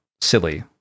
silly